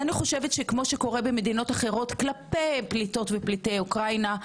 אני חושבת שכמו שקורה במדינות אחרות כפי פליטות ופליטי אוקראינה,